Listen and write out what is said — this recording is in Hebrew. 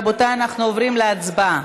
רבותיי, אנחנו עוברים להצבעה.